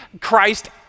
Christ